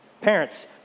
Parents